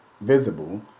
visible